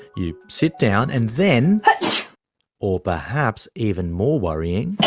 you sit down and then or perhaps even more worrying.